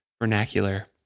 vernacular